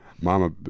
Mama